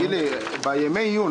בימי העיון,